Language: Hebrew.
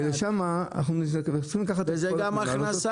לשם אנחנו --- צריכים לקחת את כל --- וזה גם הכנסה